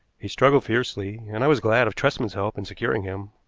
he struggled fiercely, and i was glad of tresman's help in securing him,